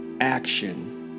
action